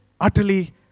utterly